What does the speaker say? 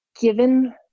given